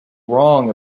wrong